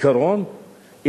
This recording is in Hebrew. בעיקרון,